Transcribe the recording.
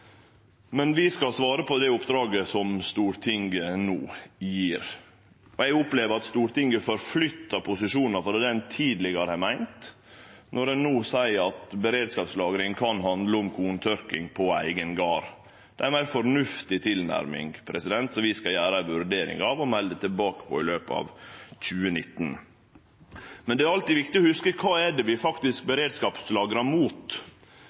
men vi skal svare på det oppdraget som Stortinget no gjev oss. Eg opplever at Stortinget flyttar seg frå dei posisjonane ein tidlegare har hatt, når ein no seier at beredskapslagring kan handle om korntørking på eigen gard. Det er ei meir fornuftig tilnærming, som vi skal gjere ei vurdering av og melde tilbake om i løpet av 2019. Men det er alltid viktig å hugse kva det er vi beredskapslagrar mot. Viss vi beredskapslagrar mot